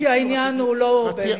כי העניין הוא לא בגין,